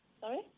Sorry